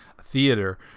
theater